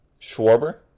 Schwarber